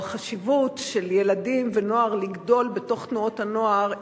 או החשיבות לילדים ונוער לגדול בתוך תנועות הנוער,